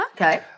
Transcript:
Okay